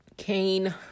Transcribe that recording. Cain